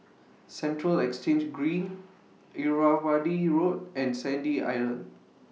Central Exchange Green Irrawaddy Road and Sandy Island